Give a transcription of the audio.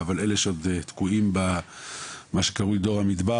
אבל עדיין יש את אלה שעוד תקועים במה שקרוי ״דור המדבר״,